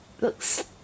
Looks